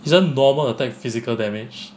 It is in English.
isn't normal attack physical damage